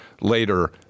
later